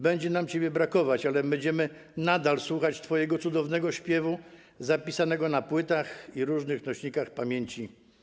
Będzie nam ciebie brakować, ale będziemy nadal słuchać twojego cudownego śpiewu zapisanego na płytach i różnych nośnikach pamięci.